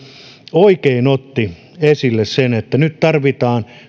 oikein otti esille sen että nyt tarvitaan